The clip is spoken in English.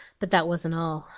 but that wasn't all.